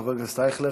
חבר הכנסת אייכלר,